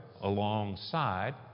alongside